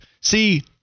See